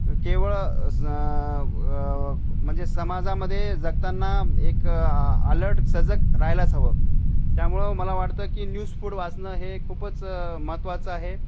केवळ म्हणजे समाजामध्ये जगताना एक अलर्ट सजग रहायलाच हवं त्यामुळं मला वाटतं की न्यूज फीड वाचणं हे खूपच महत्त्वाचं आहे